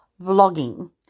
vlogging